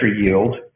yield